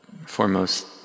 foremost